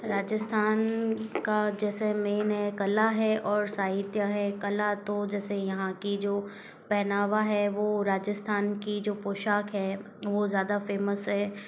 राजस्थान का जैसे मेन है कला है और साहित्य है कला तो जैसे यहाँ की जो पहनावा है वो राजस्थान की जो पोशाक है वो ज़्यादा फेमस है